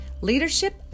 leadership